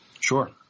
Sure